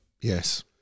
Yes